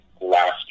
last